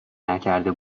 نکرده